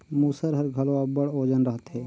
मूसर हर घलो अब्बड़ ओजन रहथे